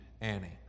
Annie